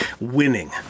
winning